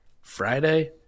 Friday